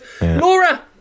Laura